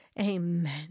Amen